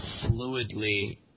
fluidly